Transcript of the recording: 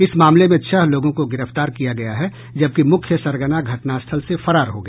इस मामले में छह लोगों को गिरफ्तार किया गया है जबकि मुख्य सरगना घटनास्थल से फरार हो गया